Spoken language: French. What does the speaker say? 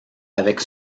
avec